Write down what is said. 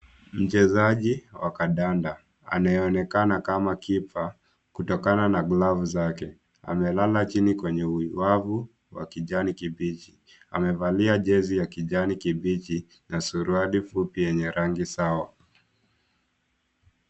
Mchezaji wa kandanda anayeonekana kama keeper kutokana na klovu zake ame